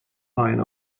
fine